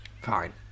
Fine